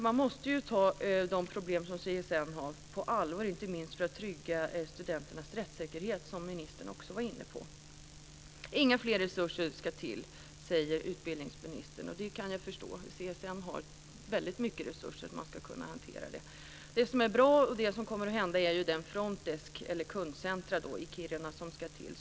Man måste ju ta de problem som CSN har på allvar, inte minst för att trygga studenternas rättssäkerhet, som ministern också var inne på. Inga fler resurser ska till, säger utbildningsministern. Det kan jag förstå. CSN har ju väldigt mycket resurser för att kunna hantera detta. Vad som är bra och vad som kommer att hända är den frontdesk, det kundcenter i Kiruna, som ska till.